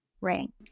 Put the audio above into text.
ring